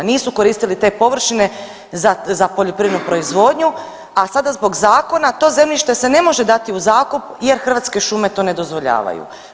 Nisu koristili te površine za, za poljoprivrednu proizvodnju, a sada zbog zakona to zemljište se ne može dati u zakup jer Hrvatske šume to ne dozvoljavaju.